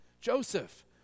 Joseph